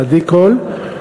עדי קול.